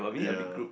ya